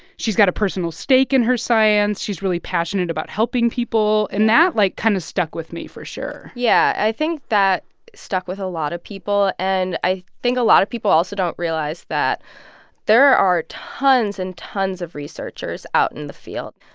she's got a personal stake in her science. she's really passionate about helping people. and that, like, kind of stuck with me for sure yeah. i think that stuck with a lot of people, and i think a lot of people also don't realize that there are tons and tons of researchers out in the field.